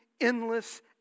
endless